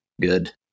good